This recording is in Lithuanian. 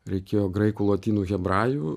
reikėjo graikų lotynų hebrajų